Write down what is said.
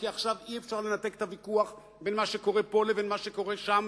כי עכשיו אי-אפשר לנתק את הוויכוח בין מה שקורה פה לבין מה שקורה שם,